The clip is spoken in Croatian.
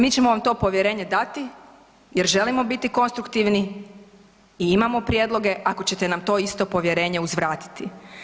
Mi ćemo vam to povjerenje dati jer želimo biti konstruktivni i imamo prijedloge ako ćete nam to isto povjerenje uzvratiti.